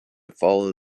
follow